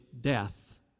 death